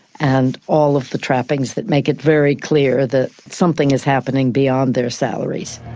and all of the trappings that make it very clear that something is happening beyond their salaries.